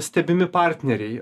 stebimi partneriai